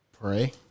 Pray